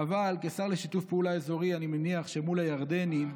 אבל כשר לשיתוף פעולה אזורי אני מניח שמול הירדנים,